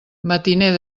matiner